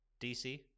DC